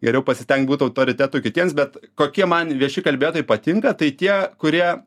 geriau pasistengt būt autoritetu kitiems bet kokie man vieši kalbėtojai patinka tai tie kurie